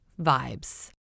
vibes